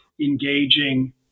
engaging